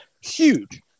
Huge